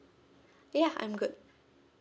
ya I'm good